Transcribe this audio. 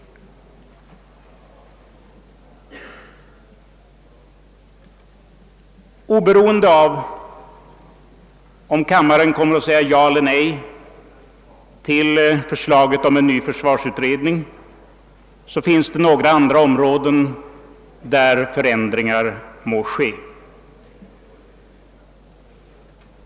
Oberoende av om kammaren kommer att säga ja eller nej till förslaget om en ny försvarsutredning föreligger behov av en rad förändringar.